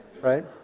right